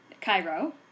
Cairo